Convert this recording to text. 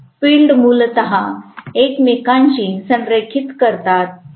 field मूलत एकमेकांशी संरेखित करतात